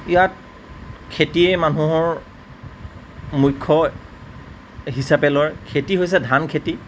ইয়াত খেতিয়েই মানুহৰ মূখ্য হিচাপে লয় খেতি হৈছে ধান খেতি